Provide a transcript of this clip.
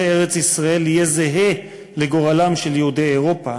ארץ-ישראל יהיה זהה לגורלם של יהודי אירופה,